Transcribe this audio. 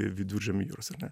viduržemio jūros ar ne